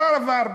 פראוור,